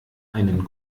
einen